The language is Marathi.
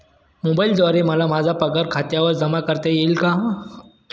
मोबाईलद्वारे मला माझा पगार खात्यावर जमा करता येईल का?